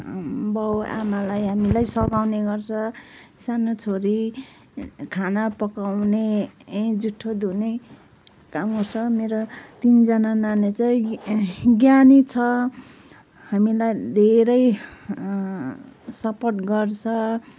बाउ आमालाई हामीलाई सघाउने गर्छ सानो छोरी खाना पकाउने जुठो धुने कामहरू छ मेरो तिनजना नानी चाहिँ ज्ञ ज्ञानी छ हामीलाई धेरै सपोर्ट गर्छ